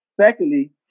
Secondly